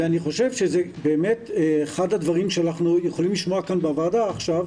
ואני חושב שזה באמת אחד הדברים שאנחנו יכולים לשמוע כאן בוועדה עכשיו,